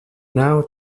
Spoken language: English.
now